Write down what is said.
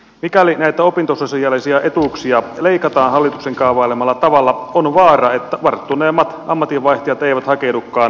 mikäli näitä opintososiaalisia etuuksia leikataan hallituksen kaavailemalla tavalla on vaara että varttuneemmat ammatinvaihtajat eivät hakeudukaan poliisikoulutukseen